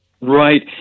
Right